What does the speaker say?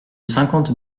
cinquante